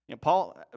Paul